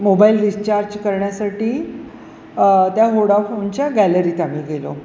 mobile recharge करण्यासाठी त्या होडाफोनच्या गॅलरीत आम्ही गेलो